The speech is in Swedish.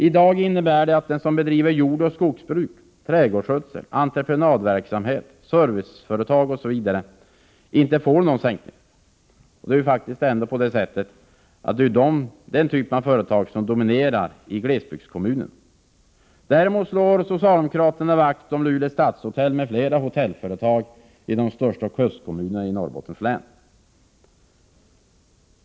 I dag innebär det att den som bedriver jordoch skogsbruk, trädgårdsskötsel, entreprenadverksamhet, serviceverksamhet osv. inte får någon sänkning. Och det är ändå den typen av företag som dominerar i glesbygdskommunerna. Däremot slår socialdemokraterna vakt om Luleå stadshotell m.fl. hotellföretag i de största kustkommunerna i Norrbottens län.